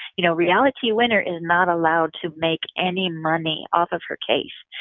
you know, reality winner is not allowed to make any money off of her case.